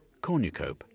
Cornucope